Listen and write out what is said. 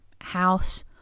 house